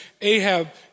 Ahab